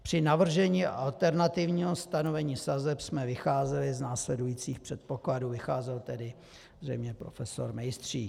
Při navržení alternativního stanovení sazeb jsme vycházeli z následujících předpokladů vycházel tedy zřejmě prof. Mejstřík.